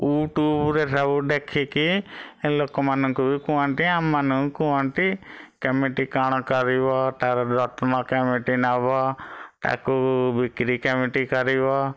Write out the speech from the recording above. ୟୁଟୁବୁରେ ସବୁ ଦେଖିକି ଲୋକମାନଙ୍କୁ କୁହନ୍ତି ଆମ ମାନଙ୍କୁ କୁହନ୍ତି କେମିତି କ'ଣ କରିବ ତାର ଯତ୍ନ କେମିତି ନବ ତାକୁ ବିକ୍ରି କେମିତି କରିବ